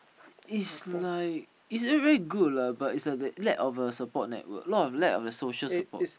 is like is very very good lah but it's like the lack of a support network lot lack of a social support